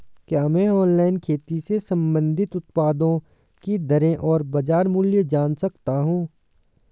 क्या मैं ऑनलाइन खेती से संबंधित उत्पादों की दरें और बाज़ार मूल्य जान सकता हूँ?